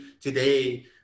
today